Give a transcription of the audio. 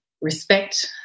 respect